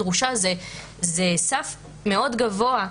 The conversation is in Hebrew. דרושה זה סף מאוד גבוה,